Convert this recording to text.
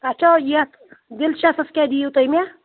اچھا یَتھ ڈِلشَسَس کیٛاہ دِیِو تُہۍ مےٚ